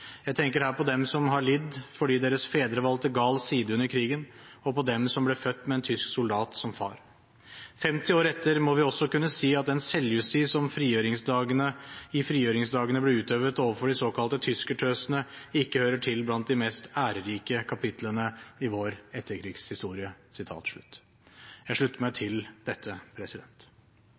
Jeg tenker her på dem som har lidd fordi deres fedre valgte gal side under krigen og på dem som ble født med en tysk soldat som far. 50 år etter må vi også kunne si at den selvjustis som i frigjøringsdagene ble utøvet overfor de såkalte «tyskertøsene», ikke hører til blant de mest ærerike kapitlene i vår etterkrigshistorie.» Jeg slutter meg